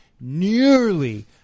nearly